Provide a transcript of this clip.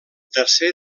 tercer